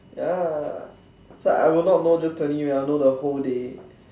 ya so I would not know just twenty minutes I would know the whole day